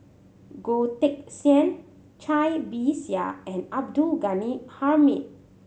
Goh Teck Sian Cai Bixia and Abdul Ghani Hamid